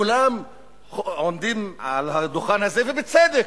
כולם עומדים על הדוכן הזה ובוכים,